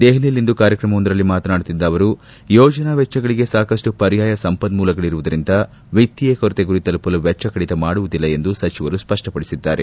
ದೆಹಲಿಯಲ್ಲಿಂದು ಕಾರ್ಯಕ್ರಮವೊಂದರಲ್ಲಿ ಮಾತನಾಡುತ್ತಿದ್ದ ಅವರು ಯೋಜನಾ ವೆಚ್ಚಗಳಿಗೆ ಸಾಕಷ್ಟು ಪರ್ಯಾಯ ಸಂಪನ್ನೂಲಗಳಿರುವುದರಿಂದ ವಿತ್ತೀಯ ಕೊರತೆ ಗುರಿ ತಲುಪಲು ವೆಚ್ಲ ಕಡಿತ ಮಾಡುವುದಿಲ್ಲ ಎಂದು ಸಚಿವರು ಸ್ಪಷ್ಟಪಡಿಸಿದ್ದಾರೆ